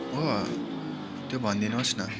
हो त्यो भनिदिनोस् न